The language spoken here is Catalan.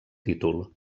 títol